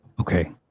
Okay